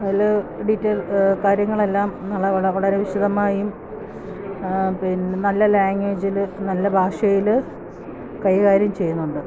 അതില് ഡീറ്റെയിൽ കാര്യങ്ങളെല്ലാം നല്ല വളരെ വിശദമായും പിന്നെ നല്ല ലാംഗ്വേജില് നല്ല ഭാഷയില് കൈകാര്യം ചെയ്യുന്നുണ്ട്